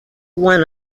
won